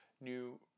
new